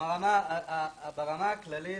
ברמה הכללית